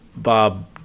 Bob